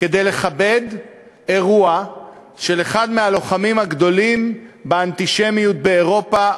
כדי לכבד אירוע של אחד מהלוחמים הגדולים באנטישמיות באירופה,